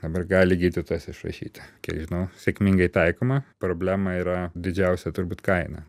dabar gali gydytojas išrašyti kiek žinau sėkmingai taikoma problema yra didžiausia turbūt kaina